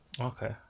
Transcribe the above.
Okay